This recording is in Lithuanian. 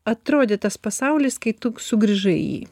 atrodė tas pasaulis kai tu sugrįžai į jį